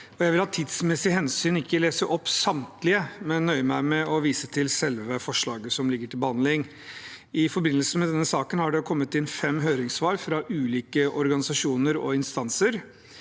Jeg vil av tidsmessige hensyn ikke lese opp samtlige, men nøye meg med å vise til selve representantforslaget som ligger til behandling. I forbindelse med denne saken er det kommet inn fem høringssvar fra ulike organisasjoner og instanser.